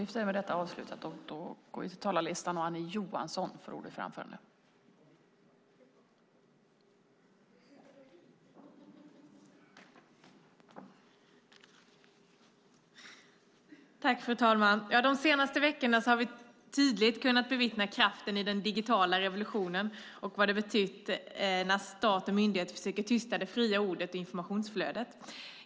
Fru talman! De senaste veckorna har vi tydligt kunnat bevittna kraften i den digitala revolutionen och vad det betytt när stat och myndigheter försöker tysta det fria ordet och informationsflödet.